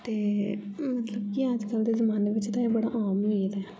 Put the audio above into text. ते मतलब की अज्ज कल्ल दे जमाने च ते ऐ बड्डा आम होई गेदा ऐ